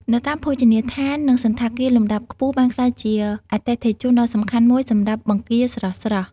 នៅតាមភោជនីយដ្ឋាន និងសណ្ឋាគារលំដាប់ខ្ពស់បានក្លាយជាអតិថិជនដ៏សំខាន់មួយសម្រាប់បង្គាស្រស់ៗ។